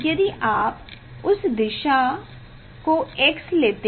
यदि आप उस दिशा को x लेते हैं तो यह z दिशा होगी लेकिन उसको भूल जाओ